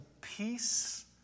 peace